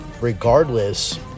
regardless